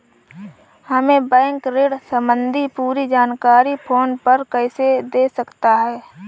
हमें बैंक ऋण संबंधी पूरी जानकारी फोन पर कैसे दे सकता है?